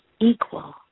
equal